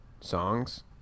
songs